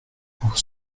pour